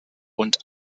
und